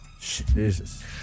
Jesus